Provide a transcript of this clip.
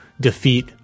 defeat